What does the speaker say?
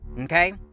okay